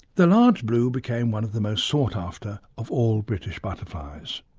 the large blue became one of the most sought after of all british butterflies.